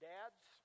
Dads